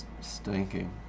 stinking